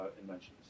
inventions